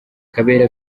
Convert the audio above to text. kabera